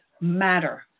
matter